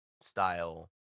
style